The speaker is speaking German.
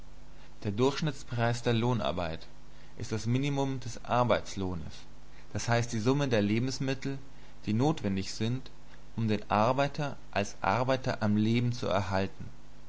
der durchschnittspreis der lohnarbeit ist das minimum des arbeitslohnes d h die summe der lebensmittel die notwendig sind um den arbeiter als arbeiter am leben zu erhalten